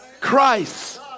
christ